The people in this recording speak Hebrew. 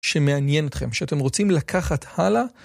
שמעניין אתכם, שאתם רוצים לקחת הלאה.